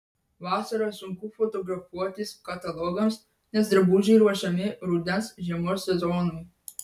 vasarą sunku fotografuotis katalogams nes drabužiai ruošiami rudens žiemos sezonui